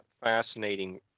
fascinating